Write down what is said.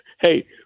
hey